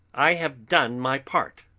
i have done my part.